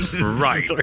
right